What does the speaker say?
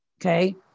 Okay